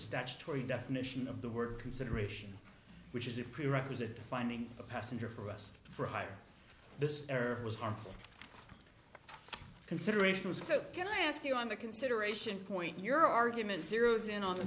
statutory definition of the word consideration which is a prerequisite to finding a passenger for us for hire this was harmful considerations so can i ask you on the consideration point your argument zeroes in on the